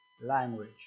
language